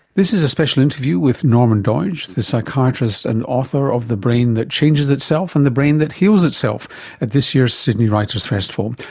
this is a special interview with norman doidge, the psychiatrist and author of the brain that changes itself and the brain that heals itself at this year's sydney writers festival.